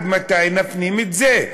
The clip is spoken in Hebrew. מתי נפנים את זה?